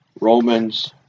Romans